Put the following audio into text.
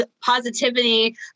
positivity